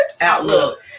Outlook